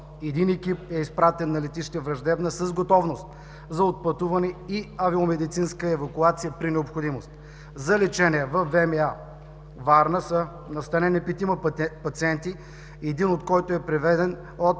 Един екип е изпратен на летище „Враждебна“ с готовност за отпътуване и авиомедицинска евакуация при необходимост. За лечение във ВМА – Варна, са настанени петима пациенти, един от които е приведен от